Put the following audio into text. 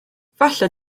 efallai